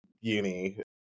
uni